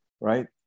Right